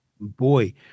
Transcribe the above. boy